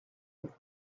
eau